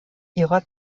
ihrer